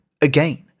again